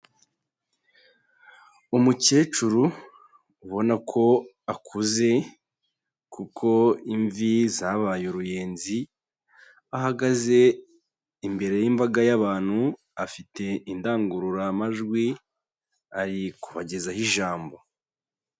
Umukecuru ubona ko akuze, kuko imvi zabaye uruyenzi, ahagaze imbere y'imbaga y'abantu, afite indangururamajwi ari kubagezaho ijambo.